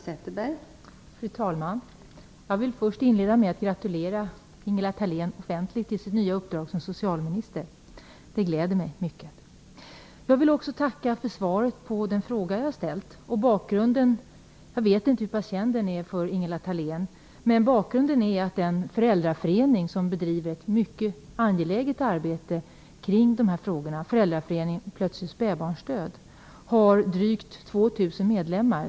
Fru talman! Jag vill först inleda med att gratulera Ingela Thalén offentligt till hennes nya uppdrag som socialminister. Det gläder mig mycket. Jag vill också tacka för svaret på den fråga jag har ställt. Jag vet inte hur känd bakgrunden är för Ingela Thalén. Bakgrunden är att den föräldraförening som bedriver ett mycket angeläget arbete kring dessa frågor - Föräldraföreningen Plötslig spädbarnsdöd - har drygt 2 000 medlemmar.